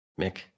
Mick